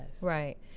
Right